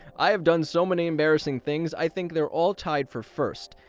i've done so many embarrassing things. i think they are all tied for first.